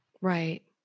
Right